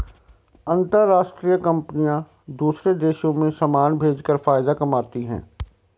अंतरराष्ट्रीय कंपनियां दूसरे देशों में समान भेजकर फायदा कमाती हैं